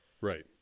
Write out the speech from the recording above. right